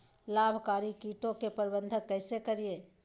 लाभकारी कीटों के प्रबंधन कैसे करीये?